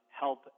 help